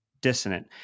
dissonant